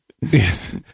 Yes